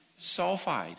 sulfide